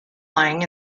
lying